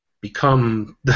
become